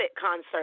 concert